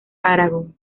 aragón